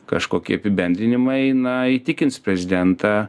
kažkokie apibendrinimai na įtikins prezidentą